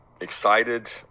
excited